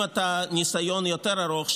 אם אתה עם ניסיון יותר ארוך,